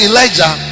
Elijah